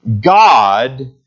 God